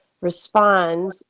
respond